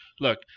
look